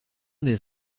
des